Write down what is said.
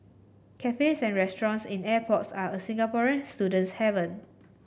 cafes and restaurants in airports are a Singaporean student's haven